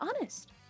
honest